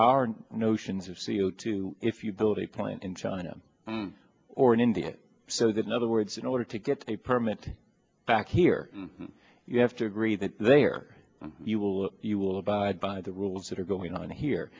our notions of c o two if you build a plant in china or in india so that in other words in order to get a permit back here you have to agree that they are you will you will abide by the rules that are going on here